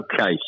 Okay